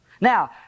Now